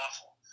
awful